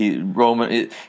Roman